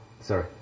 Sorry